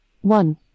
One